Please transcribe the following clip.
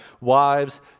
Wives